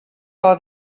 all